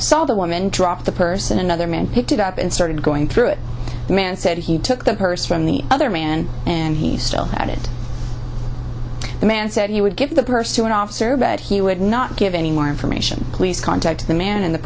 saw the woman drop the person another man picked it up and started going through it the man said he took the purse from the other man and he still had it the man said he would give the purse to an officer but he would not give any more information please contact the man in the